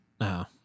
No